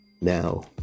Now